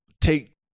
take